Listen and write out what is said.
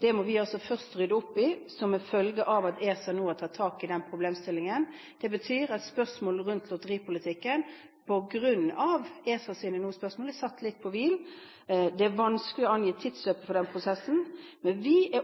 Det må vi først rydde opp i som en følge av at ESA nå har tatt tak i denne problemstillingen. Det betyr at spørsmål rundt lotteripolitikken på grunn av ESAs spørsmål er satt litt på vent. Det er vanskelig å angi tidsløpet for denne prosessen, men vi er